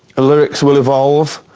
ah lyrics will evolve